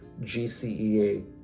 GCEA